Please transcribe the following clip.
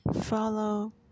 follow